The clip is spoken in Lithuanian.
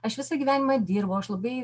aš visą gyvenimą dirbau aš labai